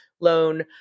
loan